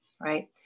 right